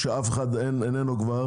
כשאף אחד כבר לא נמצא,